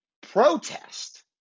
protest